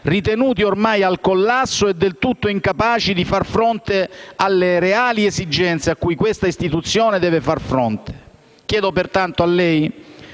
ritenuti ormai al collasso e del tutto incapaci di far fronte alle reali esigenze cui questa istituzione deve far fronte. Chiedo pertanto a lei,